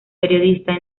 periodista